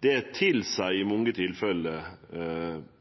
Det tilseier i mange tilfelle at ein gjer grundige avvegingar av alt dette i